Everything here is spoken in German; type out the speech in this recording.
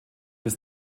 bis